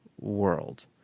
world